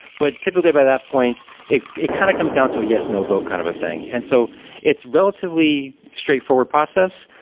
but typically by that point, it it kind of comes down to a yes no vote kind of thing and so it's relatively straightforward process.